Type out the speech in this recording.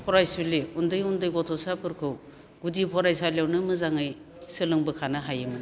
फरायसुलि उन्दै उन्दै गथ'साफोरखौ गुदि फरायसालियावनो मोजाङै सोलोंबोखानो हायोमोन